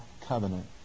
covenant